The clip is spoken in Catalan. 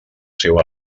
seu